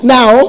Now